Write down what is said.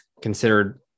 considered